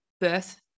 Birth